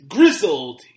Grizzled